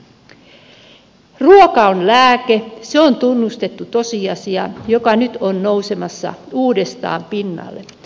ruoka on lääke se on tunnustettu tosiasia joka nyt on nousemassa uudestaan pinnalle